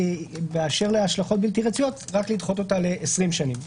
ובאשר להשלכות בלתי רצויות רק לדחות אותה ל-20 שנים.